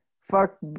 fuck